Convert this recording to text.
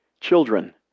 Children